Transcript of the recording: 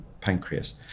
pancreas